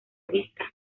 vista